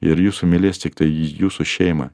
ir jūsų mylės tiktai jūsų šeima